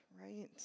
right